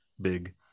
big